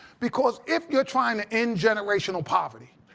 because if you are trying to end generational poverty,